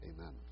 amen